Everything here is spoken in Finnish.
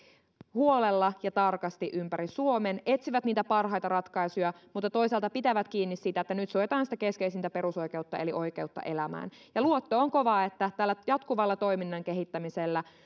huolella ja tarkasti ympäri suomen etsivät niitä parhaita ratkaisuja mutta toisaalta pitävät kiinni siitä että nyt suojataan sitä keskeisintä perusoikeutta eli oikeutta elämään luotto on kova että tällä jatkuvalla toiminnan kehittämisellä